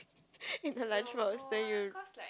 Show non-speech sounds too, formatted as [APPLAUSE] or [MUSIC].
[LAUGHS] in the lunch box then you